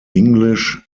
english